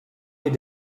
your